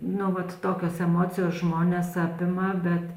nu vat tokios emocijos žmones apima bet